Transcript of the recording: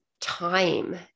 time